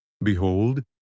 Behold